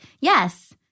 yes